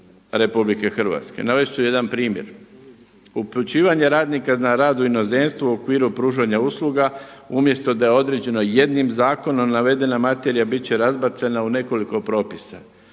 RH. Navest ću jedan primjer. Upućivanje radnika na rad u inozemstvu u okviru pružanja usluga, umjesto da je određeno jednim zakonom navedena materija bit će razbacana u nekoliko propisa,